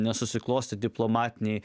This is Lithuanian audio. nesusiklostė diplomatiniai